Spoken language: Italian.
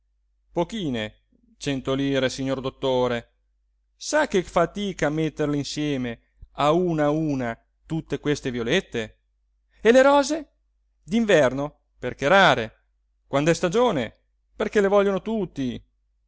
pochine cento lire signor dottore sa che fatica metterle insieme a una a una tutte queste violette e le rose d'inverno perché rare quand'è stagione perché le vogliono tutti